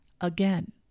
Again